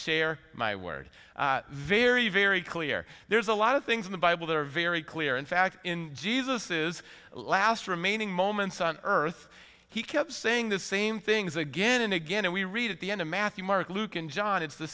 share my word very very clear there's a lot of things in the bible that are very clear in fact in jesus's last remaining moments on earth he kept saying the same things again and again and we read at the end of matthew mark luke and john it's the